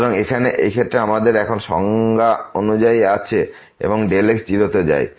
সুতরাং এখানে এই ক্ষেত্রে আমাদের এখন সংজ্ঞা অনুযায়ী আছে এবং x 0 তে যায়